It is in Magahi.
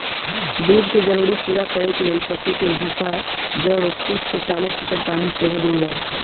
दूध के जरूरी पूरा करे लेल पशु के भूसा जौरे तीस से चालीस लीटर पानी सेहो देल जाय